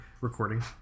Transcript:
Recording